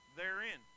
therein